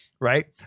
right